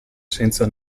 senza